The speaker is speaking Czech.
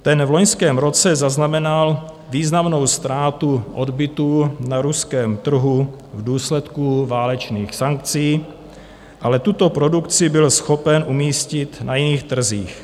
Ten v loňském roce zaznamenal významnou ztrátu odbytu na ruském trhu v důsledku válečných sankcí, ale tuto produkci byl schopen umístit na jiných trzích.